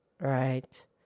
Right